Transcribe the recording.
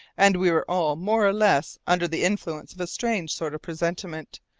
and we were all more or less under the influence of a strange sort of presentiment,